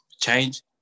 change